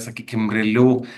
sakykim realių